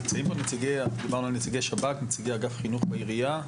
נמצאים פה נציגי שב״כ ונציגי אגף חינוך בעירייה?